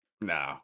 No